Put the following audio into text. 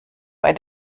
bei